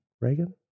Reagan